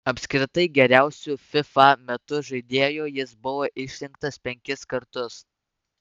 apskritai geriausiu fifa metų žaidėju jis buvo išrinktas penkis kartus